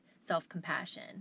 self-compassion